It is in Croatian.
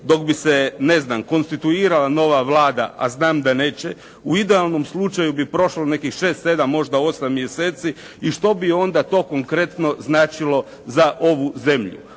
dok bi se konstituirala nova Vlada, a znam da neće, u idealnom slučaju bi prošlo nekih 6, 7, možda 8 mjeseci i što bi onda to konkretno značilo za ovu zemlju?